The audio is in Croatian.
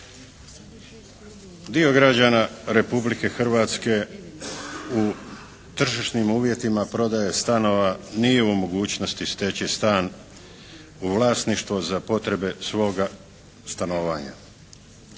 Dio građana Republike Hrvatske u tržišnim uvjetima prodaje stanova nije u mogućnosti steći stan u vlasništvo za potrebe svoga stanovanja.